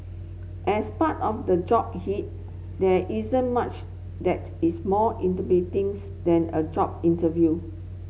as part of the job hit there isn't much that is more than a job interview